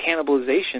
cannibalization